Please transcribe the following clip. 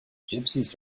gypsies